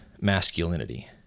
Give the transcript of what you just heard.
masculinity